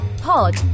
pod